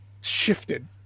shifted